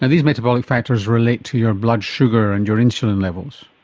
and these metabolic factors relate to your blood sugar and your insulin levels.